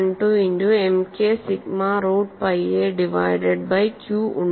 12 into M k sigma root pi a divided by Q ഉണ്ട്